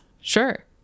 Sure